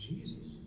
Jesus